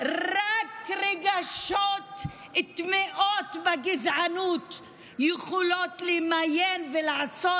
רגשות טמאים בגזענות יכולים למיין ולעשות